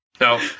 No